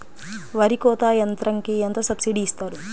వరి కోత యంత్రంకి ఎంత సబ్సిడీ ఇస్తారు?